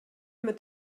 mit